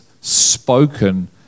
spoken